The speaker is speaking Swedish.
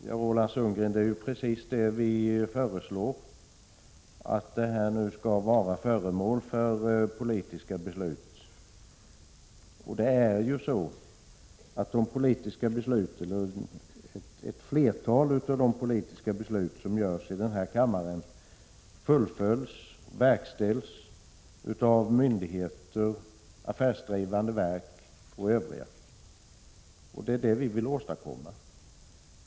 Men, Roland Sundgren, det är ju precis vad vi föreslår. Ett flertal av de politiska beslut som fattas i denna kammare fullföljs och verkställs av myndigheter, affärsdrivande verk och övriga. Det är vad vi vill åstadkomma.